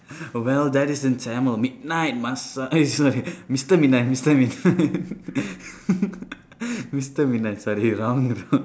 well that is in tamil midnight master eh sorry mister midnight mister midnight mister midnight sorry wrong